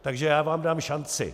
Takže já vám dám šanci.